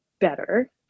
better